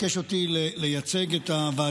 סיימנו את ההצעות הטרומיות,